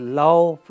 love